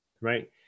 right